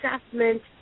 assessment